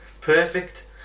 perfect